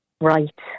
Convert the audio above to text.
Right